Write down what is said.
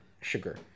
sugar